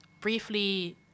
briefly